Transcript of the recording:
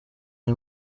uri